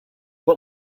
what